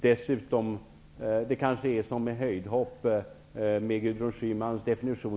Dessutom är det kanske som med höjdhopp enligt Schymans definition...